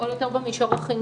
לפעול יותר במישור החינוכי